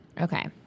Okay